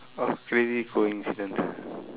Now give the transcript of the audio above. oh crazy coincidence ah